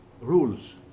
rules